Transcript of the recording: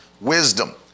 wisdom